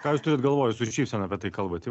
ką jūs turit galvoj su šypsena apie tai kalbat